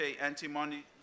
anti-money